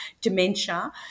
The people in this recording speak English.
dementia